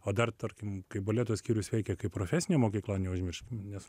o dar tarkim kai baleto skyrius veikia kaip profesinė mokykla neužmirškim nes